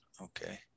Okay